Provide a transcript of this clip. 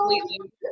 completely